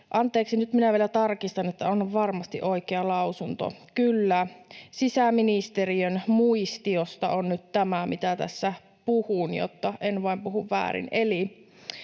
Anteeksi, nyt minä vielä tarkistan, että onhan varmasti oikea lausunto. Kyllä, sisäministeriön muistiosta on nyt tämä, mitä tässä puhun, jotta en vain puhu väärin.